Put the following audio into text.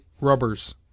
rubbers